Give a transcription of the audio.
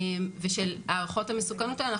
ושל הערכות המסוכנות האלה,